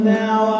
now